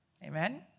Amen